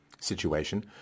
situation